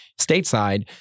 stateside